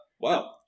Wow